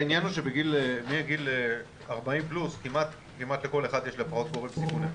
העניין הוא שמגיל 40 פלוס כמעט לכל אחד יש לפחות גורם סיכון אחד.